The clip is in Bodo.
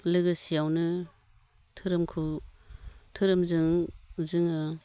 लोगोसेयावनो धोरोमखौ धोरोमजों जोङो